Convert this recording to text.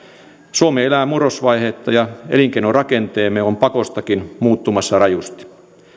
suomi elää murrosvaihetta ja elinkeinorakenteemme on pakostakin muuttumassa rajusti